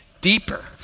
deeper